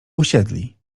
usiedli